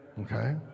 Okay